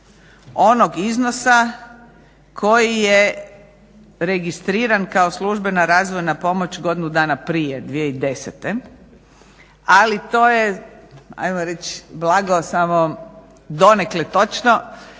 onog iznosa koji je registriran kao službena razvojna pomoć godinu dana prije, 2010., ali to je ajmo reći blago samo donekle točno.